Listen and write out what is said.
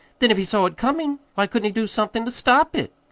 then if he saw it comin', why couldn't he do somethin' to stop it?